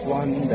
one